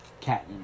cat